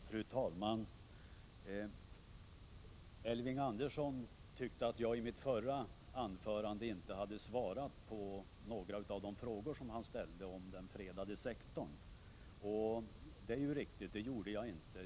Fru talman! Elving Andersson sade att jag i mitt förra anförande inte hade 11 november 1987 svarat på några av de frågor som han ställde om den fredade sektorn, ochdet. = mom. är riktigt.